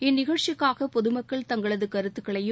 இந்நிகழ்ச்சிக்காக பொதுமக்கள் தங்களது கருத்துக்களையும்